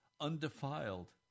undefiled